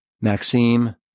Maxime